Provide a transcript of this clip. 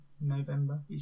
November